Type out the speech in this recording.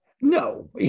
No